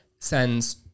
sends